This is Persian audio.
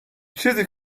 چیزی